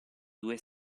due